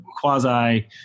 quasi